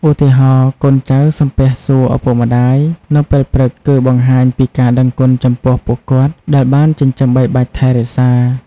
ឧទាហរណ៍ កូនចៅសំពះសួរឪពុកម្តាយនៅពេលព្រឹក គឺបង្ហាញពីការដឹងគុណចំពោះពួកគាត់ដែលបានចិញ្ចឹមបីបាច់ថែរក្សា។